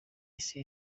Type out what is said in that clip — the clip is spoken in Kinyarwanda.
isi